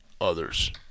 others